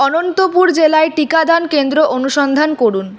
অনন্তপুর জেলায় টিকাদান কেন্দ্র অনুসন্ধান করুন